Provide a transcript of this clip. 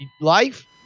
life